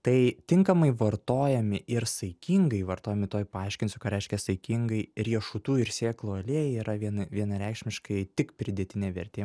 tai tinkamai vartojami ir saikingai vartojami tuoj paaiškinsiu ką reiškia saikingai riešutų ir sėklų aliejai yra viena vienareikšmiškai tik pridėtinė vertė